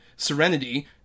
Serenity